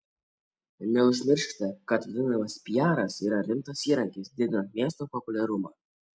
neužmirškite kad vadinamas piaras yra rimtas įrankis didinant miesto populiarumą